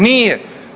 Nije.